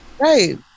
Right